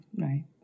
right